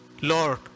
Lord